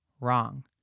Wrong